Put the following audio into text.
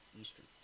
Eastern